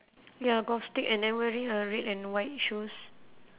ya golf stick and then wearing a red and white shoes